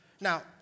Now